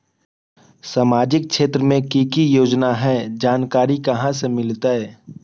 सामाजिक क्षेत्र मे कि की योजना है जानकारी कहाँ से मिलतै?